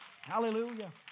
Hallelujah